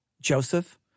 Joseph